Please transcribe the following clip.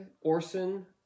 Orson